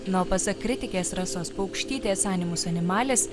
na o pasak kritikės rasos paukštytės animus animalis